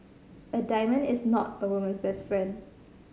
a diamond is not a woman's best friend